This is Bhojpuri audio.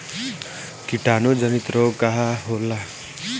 कीटाणु जनित रोग का होला?